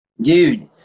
dude